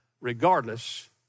regardless